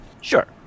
Sure